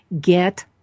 get